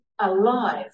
alive